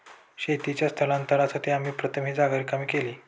शेतीच्या स्थलांतरासाठी आम्ही प्रथम ही जागा रिकामी केली